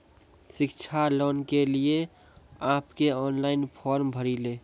शिक्षा लोन के लिए आप के ऑनलाइन फॉर्म भरी ले?